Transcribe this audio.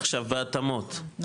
עכשיו ההתאמות,